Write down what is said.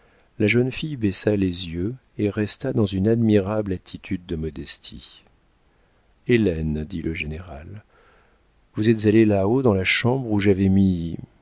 la jeune fille baissa les yeux et resta dans une admirable attitude de modestie hélène dit le général vous êtes allée là-haut dans la chambre où j'avais mis